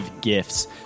gifts